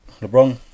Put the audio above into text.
LeBron